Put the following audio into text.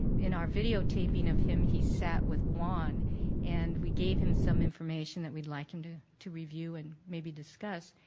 in our video taping of him, he sat with one and we gave him some information that we'd like him to to review and maybe discuss.